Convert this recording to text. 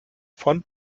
von